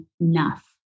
enough